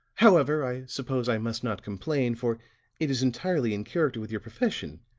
however, i suppose i must not complain, for it is entirely in character with your profession,